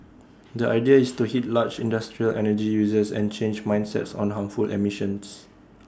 the idea is to hit large industrial energy users and change mindsets on harmful emissions